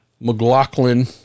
McLaughlin